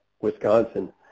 Wisconsin